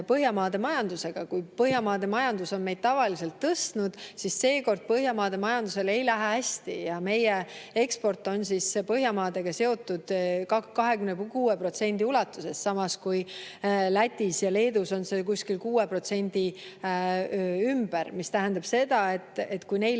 Põhjamaade majandusega. Kui Põhjamaade majandus on meid tavaliselt tõstnud, siis seekord Põhjamaade majandusel ei lähe hästi ja meie eksport on Põhjamaadega seotud 26% ulatuses, samas kui Lätis ja Leedus on see kuskil 6% ümber, mis tähendab seda, et kui neil